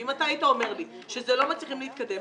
ואם אתה היית אומר לי שלא מצליחים להתקדם,